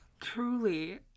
Truly